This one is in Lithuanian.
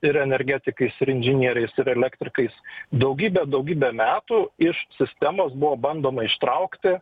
ir energetikais ir inžinieriais ir elektrikais daugybę daugybę metų iš sistemos buvo bandoma ištraukti